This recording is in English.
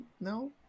No